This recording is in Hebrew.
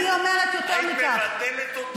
אני אומרת יותר מכך, היית מבטלת אותו?